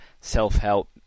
self-help